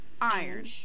Iron